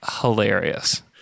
hilarious